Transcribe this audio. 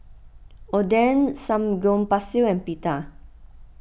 Oden Samgyeopsal and Pita